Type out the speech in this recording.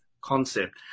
concept